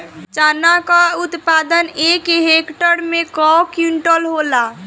चना क उत्पादन एक हेक्टेयर में कव क्विंटल होला?